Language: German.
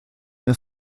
mehr